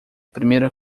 primeira